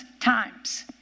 times